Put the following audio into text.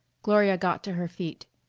gloria got to her feet.